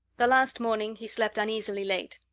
the last morning he slept uneasily late.